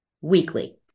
weekly